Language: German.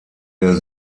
der